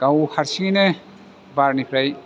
गाव हारसिङैनो बारनिफ्राय